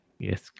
Yes